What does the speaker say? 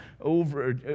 over